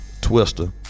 twister